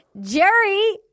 Jerry